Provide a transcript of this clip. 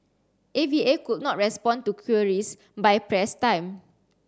A V A could not respond to queries by press time